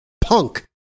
punk